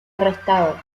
arrestado